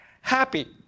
happy